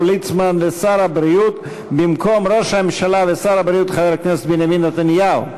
ליצמן לשר הבריאות במקום ראש הממשלה ושר הבריאות בנימין נתניהו.